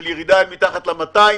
של ירידה אל מתחת ל-200,